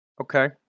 okay